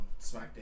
SmackDown